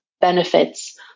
benefits